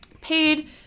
paid